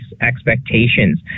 expectations